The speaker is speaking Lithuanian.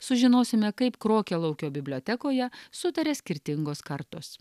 sužinosime kaip krokialaukio bibliotekoje sutaria skirtingos kartos